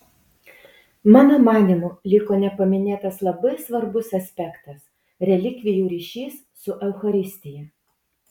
mano manymu liko nepaminėtas labai svarbus aspektas relikvijų ryšys su eucharistija